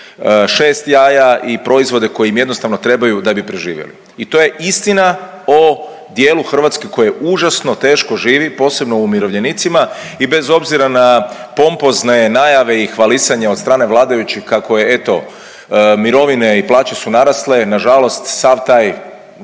6 jaja i proizvode koji im jednostavno trebaju da bi preživjeli. I to je istina o dijelu Hrvatske koja užasno teško živi posebno umirovljenicima i bez obzira na pompozne najave i hvalisanja od strane vladajućih kako je eto mirovine i plaće su narasle. Na žalost sav taj